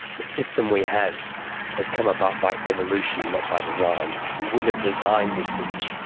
the system we have has come about by evolution, not by design. you wouldn't have designed this system,